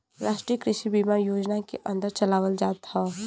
राष्ट्रीय कृषि बीमा योजना के अन्दर चलावल जात हौ